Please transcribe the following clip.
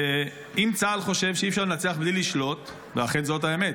אם צה"ל חושב שאי-אפשר לנצח בלי לשלוט ואכן זאת האמת,